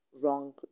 wrong